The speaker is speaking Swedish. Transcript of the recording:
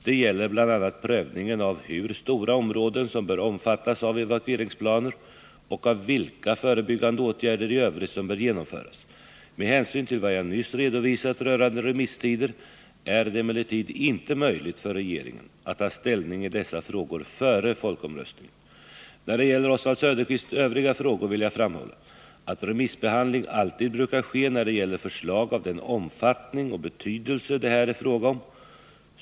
Det gäller bl.a. prövningen av hur stora områden som bör omfattas av evakueringsplaner och av vilka förebyggande åtgärder i övrigt som bör genomföras. Med hänsyn till vad jag nyss redovisat rörande remisstider är det emellertid inte möjligt för regeringen att ta ställning i dessa frågor före folkomröstningen. När det gäller Oswald Söderqvists övriga frågor vill jag framhålla att remissbehandling alltid brukar ske när det gäller förslag av den omfattning och betydelse det här är fråga om.